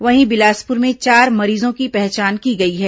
वहीं बिलासपुर में चार मरीजों की पहचान की गई है